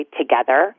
together